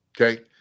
Okay